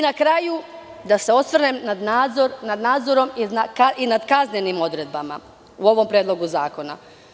Na kraju, da se osvrnem na nadzor i nad kaznenim odredbama u ovom Predlogu zakona.